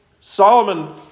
Solomon